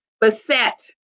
beset